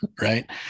right